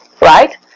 right